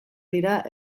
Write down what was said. dira